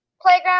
playground